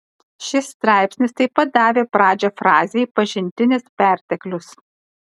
šis straipsnis taip pat davė pradžią frazei pažintinis perteklius